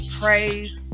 praise